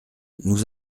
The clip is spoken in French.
nous